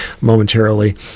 momentarily